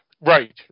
Right